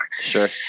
sure